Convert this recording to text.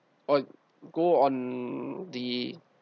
or go on the